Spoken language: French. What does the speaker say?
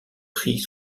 pris